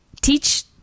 teach